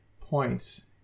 points